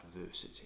adversity